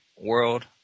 world